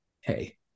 hey